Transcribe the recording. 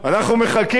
אנחנו מחכים.